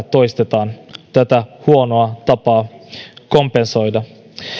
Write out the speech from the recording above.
toistetaan tätä huonoa tapaa kompensoida